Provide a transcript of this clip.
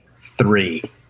three